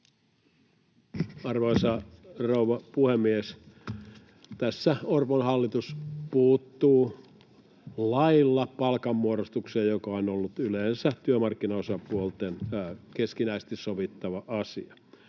Arvoisa rouva puhemies! Tässä Orpon hallitus puuttuu lailla palkanmuodostukseen, joka on ollut yleensä työmarkkinaosapuolten keskinäisesti sovittava asia.